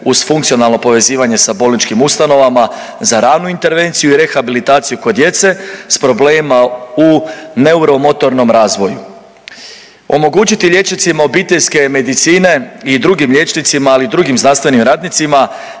uz funkcionalno povezivanje s bolničkim ustanovama za ranu intervenciju i rehabilitaciju kod djece s problemima u neuromotornom razvoju, omogućiti liječnicima obiteljske medicine i drugim liječnicima, ali i drugim zdravstvenim radnicima,